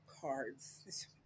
cards